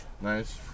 Nice